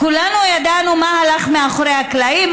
כולנו ידענו מה הלך מאחורי הקלעים.